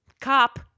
Cop